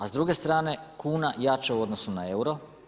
A s druge strane, kuna jača u odnosu na euro.